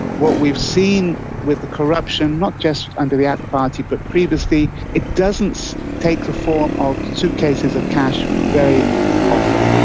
what we've seen with the corruption, not just under the ah ak party but previously, it doesn't take the form of two cases of cash very often,